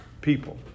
people